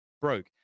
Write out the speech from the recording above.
broke